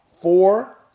four